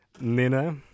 nina